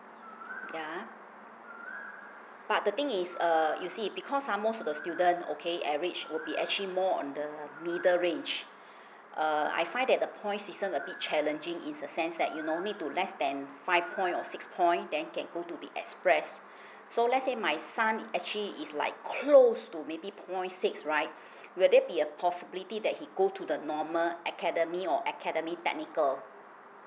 ya but the thing is err you see because ah most of the student okay average would be actually more on the middle range err I find that the point system a bit challenging is a sense that you no need to less than five point or six point then can go to the express so let's say my son actually is like close to maybe point six right will there be a possibility that he go to the normal academy or academy technical